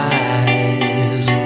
eyes